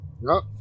no